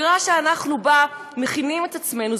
ספירה שבה אנחנו מכינים את עצמנו.